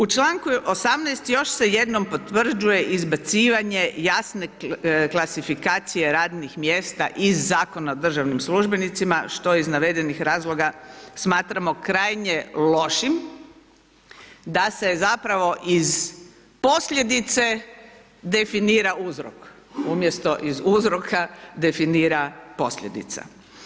U članku 18. još se jednom potvrđuje izbacivanje jasne klasifikacije radnih mjesta iz Zakona o državnim službenicima, što iz navedenih razloga, smatramo krajnje lošim, da se zapravo iz posljedice, definira uzrok, umjesto iz uzroka definira posljedica.